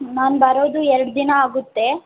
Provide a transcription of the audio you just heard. ನಾನು ಬರೋದು ಎರಡು ದಿನಾ ಆಗುತ್ತೆ